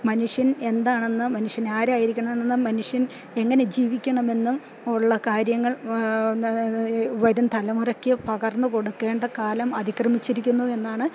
മനുഷ്യൻ എന്താണെന്ന് മനുഷ്യൻ ആരായിരിക്കണമെന്നും മനുഷ്യൻ എങ്ങനെ ജീവിക്കണമെന്നും ഉള്ള കാര്യങ്ങൾ വരും തലമുറയ്ക്ക് പകർന്ന് കൊടുക്കേണ്ട കാലം അതിക്രമിച്ചിരിക്കുന്നു എന്നാണ്